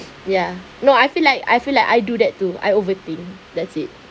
ya you know I feel like I feel like I do that too I overthink that's it